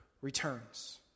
returns